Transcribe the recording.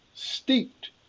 Steeped